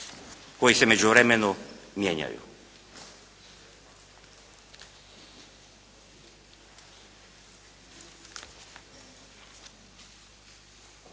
koji se u međuvremenu mijenjaju?